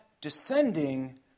descending